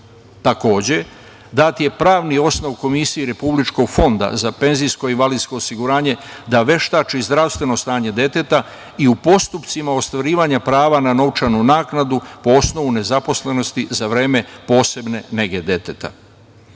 dat je pravni osnov Komisiji Republičkog fonda za PIO da veštači zdravstveno stanje deteta i u postupcima ostvarivanja prava na novčanu naknadu po osnovu nezaposlenosti za vreme posebne nege deteta.